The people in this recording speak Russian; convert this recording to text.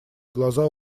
глаза